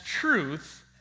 truth